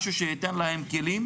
משהו שיתן להם כלים,